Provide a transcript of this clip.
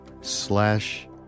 slash